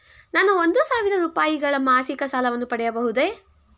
ನಾನು ಒಂದು ಸಾವಿರ ರೂಪಾಯಿಗಳ ಮಾಸಿಕ ಸಾಲವನ್ನು ಪಡೆಯಬಹುದೇ?